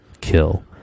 kill